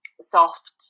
soft